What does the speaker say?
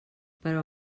però